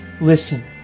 Listen